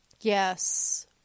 Yes